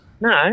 No